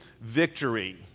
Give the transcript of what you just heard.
victory